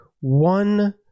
one